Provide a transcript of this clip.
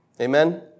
Amen